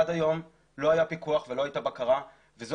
עד היום לא היה פיקוח ולא הייתה בקרה וזו